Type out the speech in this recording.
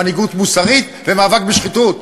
מנהיגות מוסרית ומאבק בשחיתות.